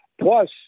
Plus